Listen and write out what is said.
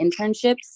internships